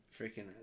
freaking